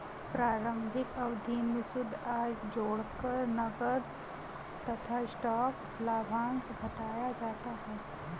प्रारंभिक अवधि में शुद्ध आय जोड़कर नकद तथा स्टॉक लाभांश घटाया जाता है